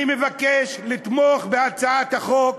אני מבקש לתמוך בהצעת החוק,